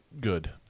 good